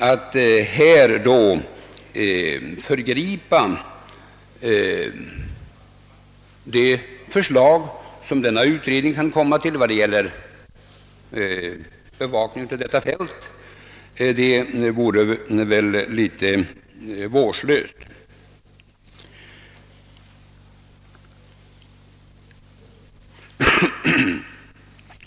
Att då föregripa det förslag, som är att vänta, genom att inrätta tjänster vore väl litet vårdslöst.